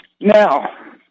Now